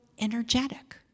energetic